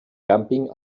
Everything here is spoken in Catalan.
càmping